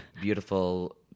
beautiful